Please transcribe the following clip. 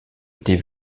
était